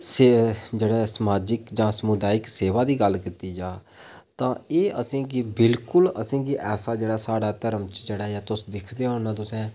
समाजक जां समुदायक सेवा दी गल्ल कीती जा तां एह् असें गी बिल्कुल असें गी ऐसा जेह्ड़ा साढ़ा घर्म च जेह्ड़ा ऐ तुस दिक्खदे होन्ने तुसें